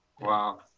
Wow